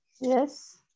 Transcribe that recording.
Yes